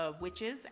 witches